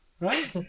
right